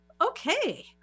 Okay